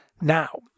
Now